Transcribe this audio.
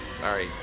Sorry